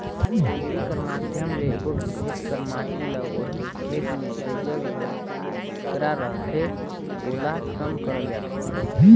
कोड़ी कर माध्यम ले एगोट खेत कर माटी ल ओहिच खेत मे जेजग हर टिकरा रहथे ओला सम करल जाथे